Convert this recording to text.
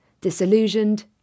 disillusioned